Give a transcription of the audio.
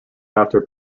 after